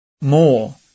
more